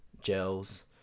gels